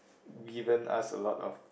given us a lot of